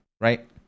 right